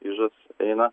ižas eina